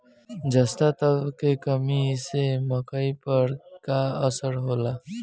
जस्ता तत्व के कमी से मकई पर का असर होखेला?